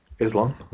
Islam